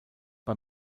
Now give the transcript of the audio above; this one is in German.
bei